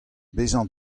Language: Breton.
bezañ